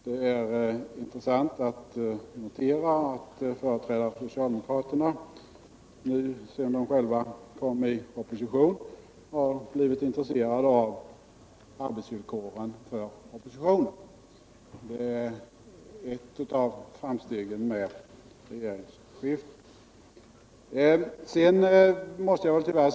Det är intressant att notera att företrädare för socialdemokraterna nu, sedan de själva har kommit i opposition, har blivit intresserade av oppositionens arbetsvillkor. Det är ett av de framsteg som regeringsskiftet har inneburit.